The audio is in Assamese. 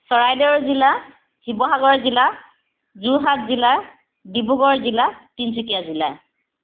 চৰাইদেউ জিলা শিৱসাগৰ জিলা যোৰহাট জিলা ডিব্ৰুগড় জিলা তিনিচুকীয়া জিলা